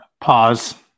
Pause